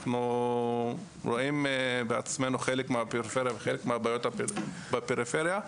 אנחנו רואים בעצמנו חלק מהפריפריה וחלק מהבעיות בפריפריה,